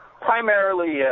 Primarily